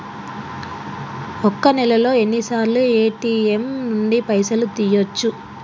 ఒక్క నెలలో ఎన్నిసార్లు ఏ.టి.ఎమ్ నుండి పైసలు తీయచ్చు?